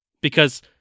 because-